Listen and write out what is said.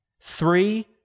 three